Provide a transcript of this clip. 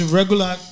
regular